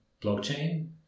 blockchain